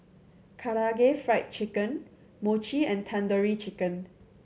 Karaage Fried Chicken Mochi and Tandoori Chicken